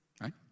Right